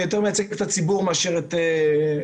יותר מייצג פה את הציבור מאשר את הצבא.